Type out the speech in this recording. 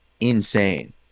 insane